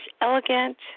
elegant